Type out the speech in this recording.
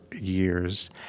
years